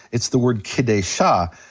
it's the word kedeshah.